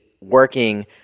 working